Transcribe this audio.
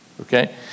Okay